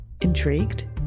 Intrigued